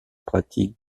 pratiques